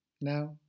Now